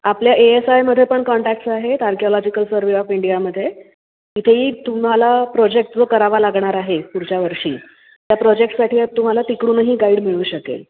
आपल्या A S आयमध्ये पण कॉन्टॅक्ट्स आहेत आर्किओलॉजिकल सर्वे ऑफ इंडियामध्ये तिथेही तुम्हाला प्रोजेक्ट जो करावा लागणार आहे पुढच्या वर्षी त्या प्रोजेक्टसाठी तुम्हाला तिकडूनही गाईड मिळू शकेल